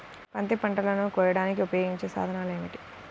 పత్తి పంటలను కోయడానికి ఉపయోగించే సాధనాలు ఏమిటీ?